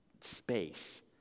space